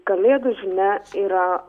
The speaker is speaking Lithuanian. kalėdų žinia yra